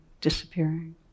disappearing